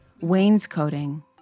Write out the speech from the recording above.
Wainscoting